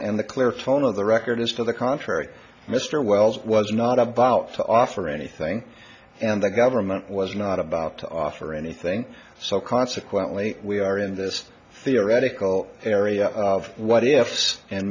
and the clear phone of the record is to the contrary mr wells was not about to offer anything and the government was not about to offer anything so consequently we are in this theoretical area of what ifs and